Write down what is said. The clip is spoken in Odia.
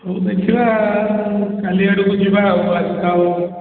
ହଉ ଦେଖିବା କାଲି ଆଡ଼କୁ ଯିବା ଆଉ ଆଜି ତ ଆଉ